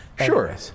Sure